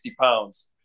pounds